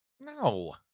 No